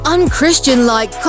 Unchristian-like